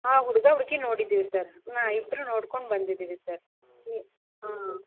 ಹಾಂ ಹುಡುಗ ಹುಡುಗಿ ನೋಡಿದ್ದೀವಿ ಸರ್ ಹಾಂ ಇಬ್ಬರು ನೋಡ್ಕೊಂಡು ಬಂದಿದ್ದೀವಿ ಸರ್ ಎ ಹಾಂ